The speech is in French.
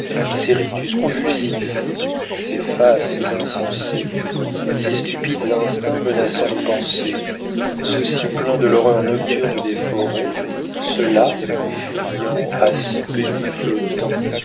ces rictus convulsifs ces faces insensées ces stupides instincts menaçant nos pensées ceux-ci pleins de l'horreur nocturne des forêts ceux-là fuyants aspects flottants